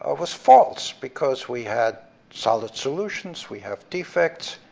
ah was false, because we had solid solutions, we have defects.